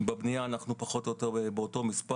בבנייה אנחנו פחות או יותר באותו מספר.